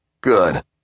Good